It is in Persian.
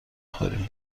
خوریم